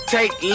Take